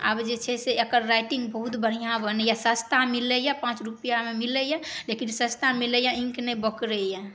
आब जे छै से एकर राइटिङ्ग बहुत बढ़िआँ बनैए सस्ता मिलैए पाँच रुपैआमे मिलैए लेकिन सस्ता मिलैए इङ्क नहि बोकरैए